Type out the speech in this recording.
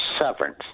severance